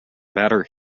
batter